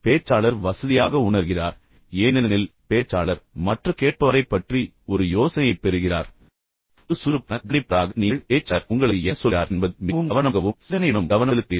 பேச்சாளர் வசதியாக உணர்கிறார் ஏனெனில் பேச்சாளர் மற்ற கேட்பவரைப் பற்றி ஒரு யோசனையைப் பெறுகிறார் ஒரு சுறுசுறுப்பான கவனிப்பவராக நீங்கள் பேச்சாளர் உங்களுக்கு என்ன சொல்கிறார் என்பதில் மிகவும் கவனமாகவும் சிந்தனையுடனும் கவனம் செலுத்துகிறீர்கள்